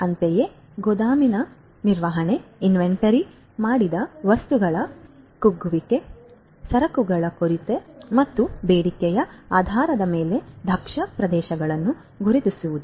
ಅಂತೆಯೇ ಗೋದಾಮಿನ ನಿರ್ವಹಣೆ ಇನ್ವೆಂಟರಿ ಮಾಡಿದ ವಸ್ತುಗಳ ಕುಗ್ಗುವಿಕೆ ಸರಕುಗಳ ಕೊರತೆ ಮತ್ತು ಬೇಡಿಕೆಯ ಆಧಾರದ ಮೇಲೆ ದಕ್ಷ ಪ್ರದೇಶಗಳನ್ನು ಗುರುತಿಸುವುದು